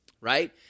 right